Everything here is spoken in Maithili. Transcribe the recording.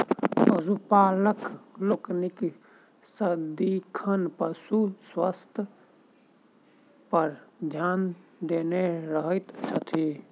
पशुपालक लोकनि सदिखन पशु स्वास्थ्य पर ध्यान देने रहैत छथि